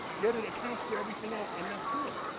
yet it accounts for everything else and that's good.